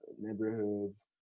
neighborhoods